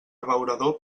abeurador